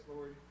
Lord